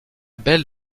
belle